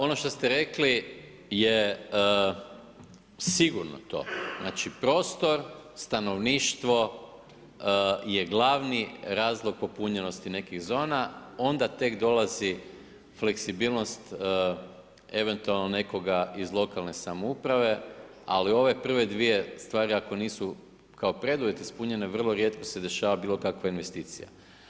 Ono što ste rekli, je sigurno to, znači prostor, stanovništvo, je glavni razlog popunjenosti nekih zona, onda tek dolazi fleksibilnost, eventualno nekoga iz lokalne samouprave, ali ove prvi dvije stvari ako nisu kao preduvjet ispunjene, vrlo rijetko se dešava bilokakve investicije.